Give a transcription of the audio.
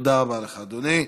תודה רבה לך, אדוני.